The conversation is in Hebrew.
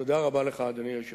תודה רבה לך, אדוני היושב-ראש.